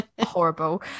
horrible